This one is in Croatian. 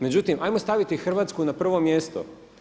Međutim, hajmo staviti Hrvatsku na prvo mjesto.